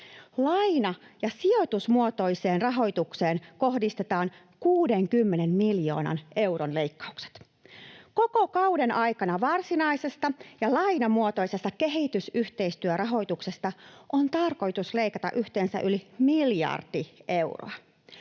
Laina‑ ja sijoitusmuotoiseen rahoitukseen kohdistetaan 60 miljoonan euron leikkaukset. Koko kauden aikana varsinaisesta ja lainamuotoisesta kehitysyhteistyörahoituksesta on tarkoitus leikata yhteensä yli miljardi euroa.